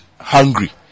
hungry